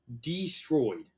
destroyed